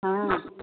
हँ